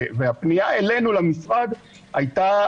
והפנייה אלינו למשרד הייתה